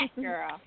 girl